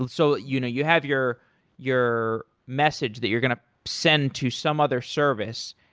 and so you know you have your your message that you're going to send to some other service,